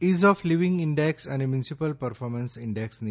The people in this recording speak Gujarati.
ઇઝ ઓફ લિવિંગ ઇન્ડેક્સ અને મ્યુનિસિપલ પર્ફોર્મન્સ ઇન્ડેક્સની